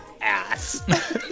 ass